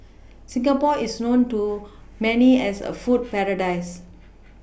Singapore is known to many as a food paradise